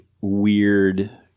weird